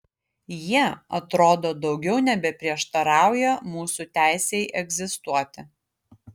jie atrodo daugiau nebeprieštarauja mūsų teisei egzistuoti